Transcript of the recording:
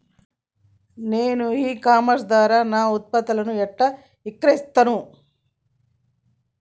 నేను e commerce ద్వారా నా ఉత్పత్తులను ఎట్లా విక్రయిత్తను?